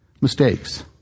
mistakes